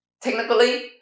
Technically